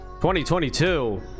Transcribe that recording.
2022